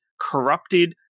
corrupted